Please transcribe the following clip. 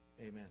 amen